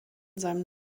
seinem